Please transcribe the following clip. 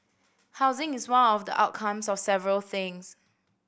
housing is one of the outcomes of several things